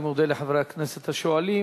אני מודה לחברי הכנסת השואלים.